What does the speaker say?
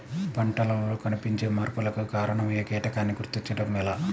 పంటలలో కనిపించే మార్పులకు కారణమయ్యే కీటకాన్ని గుర్తుంచటం ఎలా?